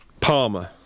Palmer